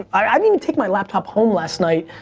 i mean take my laptop home last night.